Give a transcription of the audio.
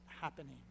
happening